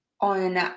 on